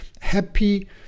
happy